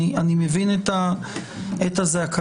אני מבין את הזעקה.